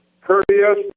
courteous